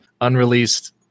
unreleased